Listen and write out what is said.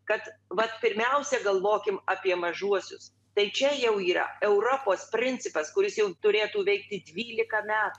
kad vat pirmiausia galvokim apie mažuosius tai čia jau yra europos principas kuris jau turėtų veikti dvylika metų